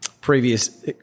previous